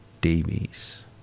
Davies